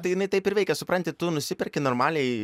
tai jinai taip ir veikia supranti tu nusiperki normaliai